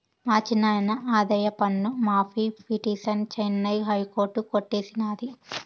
మా చిన్నాయిన ఆదాయపన్ను మాఫీ పిటిసన్ చెన్నై హైకోర్టు కొట్టేసినాది